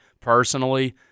personally